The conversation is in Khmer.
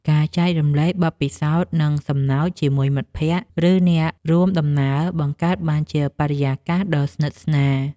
ការចែករំលែកបទពិសោធន៍ និងសំណើចជាមួយមិត្តភក្តិ ឬអ្នករួមដំណើរបង្កើតបានជាបរិយាកាសដ៏ស្និទ្ធស្នាល។